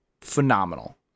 Phenomenal